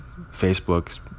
Facebook